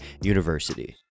university